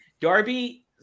Darby